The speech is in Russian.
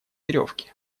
веревки